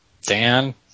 Dan